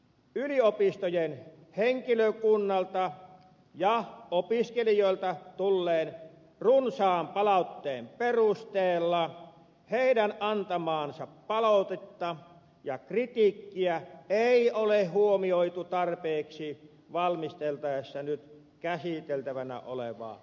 yliopistojen henkilökunnalta ja opiskelijoilta tulleen runsaan palautteen perusteella heidän antamaansa palautetta ja kritiikkiä ei ole huomioitu tarpeeksi valmisteltaessa nyt käsiteltävänä olevaa lakia